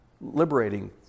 liberating